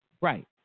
right